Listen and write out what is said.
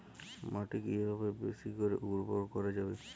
মাটি কিভাবে বেশী করে উর্বর করা যাবে?